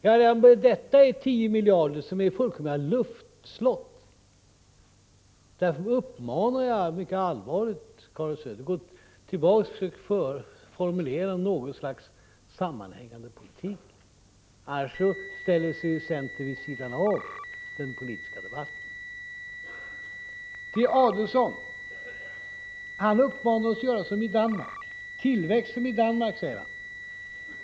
Redan detta är 10 miljarder som är fullkomliga luftslott. Därför uppmanar jag mycket allvarligt Karin Söder att gå tillbaka och försöka formulera något slags sammanhängande politik. Annars ställer sig centern vid sidan av den politiska debatten. Ulf Adelsohn uppmanade oss att göra som i Danmark. Tillväxt som i Danmark, säger han.